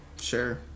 Sure